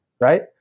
right